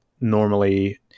normally